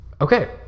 Okay